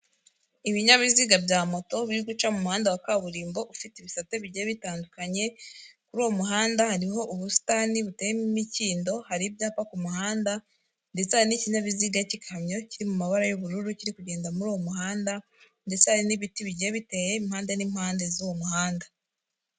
Ibinyabiziga bya moto biri guca mu muhanda wa kaburimbo ufite ibisate bigenda bitandukanye, kuri uwo muhanda hariho ubusitani buteye imikindo, hari ibyapa kumuhanda ndetse n'ikinyabiziga cy'ikamyo kiri mu mabara y'ubururu kiri kugenda muri uwo muhanda ndetse hari n'ibiti bigiye biteye impande n'impande z'uwo muhanda.